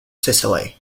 sicily